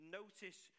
notice